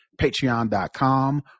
patreon.com